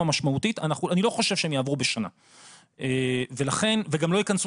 משמעותית ואני לא חושב שהן תעבורנה בשנה וגם לא תיכנסנה